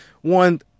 one